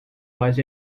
was